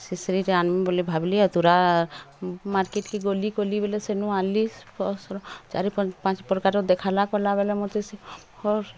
ସେ ସେଇଟା ଆଣିବି ବୋଲି ଭାବିଲି ଆଉ ତୁରା ମାର୍କେଟ୍ କେ ଗଲି ଗଲି ବୋଲି ସେନୁ ଆଣିଲି ସ୍ପର୍ଶର ଚାରି ପାଞ୍ଚ ପ୍ରକାର ଦେଖାଇଲା କଲା ବେଲେ ମତେ ସେ